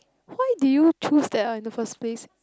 why did you choose that one in the first place